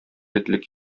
итлек